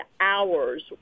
hours